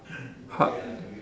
hut